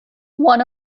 one